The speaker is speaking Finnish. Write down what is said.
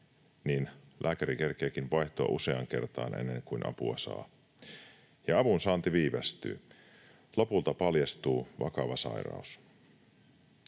niin lääkäri kerkeääkin vaihtumaan useaan kertaan ennen kuin apua saa, ja avun saanti viivästyy. Lopulta paljastuu vakava sairaus.